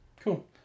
Cool